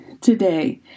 today